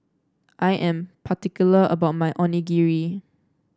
I am particular about my Onigiri